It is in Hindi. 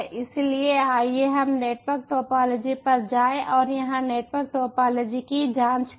इसलिए आइए हम नेटवर्क टोपोलॉजी पर जाएं और यहां नेटवर्क टोपोलॉजी की जांच करें